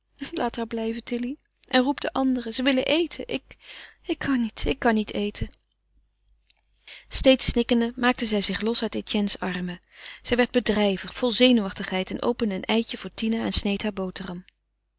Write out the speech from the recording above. laat haar blijven tilly en roep de anderen ze willen eten ik ik kan niet ik kan niet eten steeds snikkende maakte zij zich los uit etienne's armen zij werd bedrijvig vol zenuwachtigheid en opende een eitje voor tina en sneed haar boterham